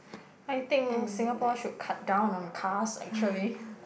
I think Singapore should cut down on cars actually